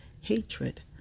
hatred